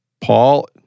Paul